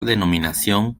denominación